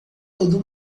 todo